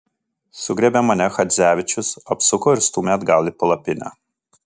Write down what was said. sugriebė mane chadzevičius apsuko ir stūmė atgal į palapinę